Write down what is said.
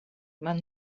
man